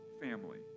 family